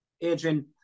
Adrian